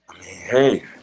Hey